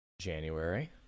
January